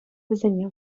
вӗсене